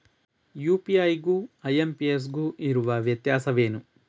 UPI ಗು IMPS ಗು ಇರುವ ವ್ಯತ್ಯಾಸವೇನು?